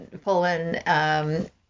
Poland